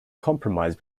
compromise